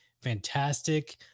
fantastic